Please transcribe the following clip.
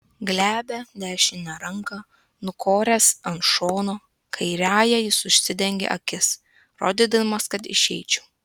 glebią dešinę ranką nukoręs ant šono kairiąja jis užsidengė akis rodydamas kad išeičiau